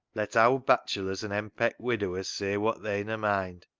let owd bachelors and henpecked widowers say wot they'n a mind.